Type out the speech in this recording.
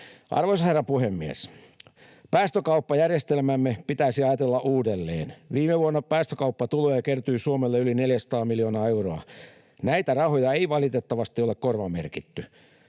Arvoisa herra puhemies! Päästökauppajärjestelmäämme pitäisi ajatella uudelleen. Viime vuonna päästökauppatuloja kertyi Suomelle yli 400 miljoonaa euroa. Näitä rahoja ei valitettavasti ole korvamerkitty.